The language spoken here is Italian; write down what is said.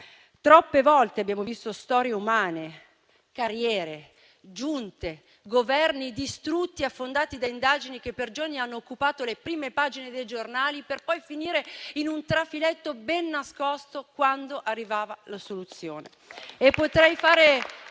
Troppe volte abbiamo visto storie umane, carriere, giunte, governi distrutti e affondati da indagini che per giorni hanno occupato le prime pagine dei giornali, per poi finire in un trafiletto ben nascosto quando arrivava l'assoluzione.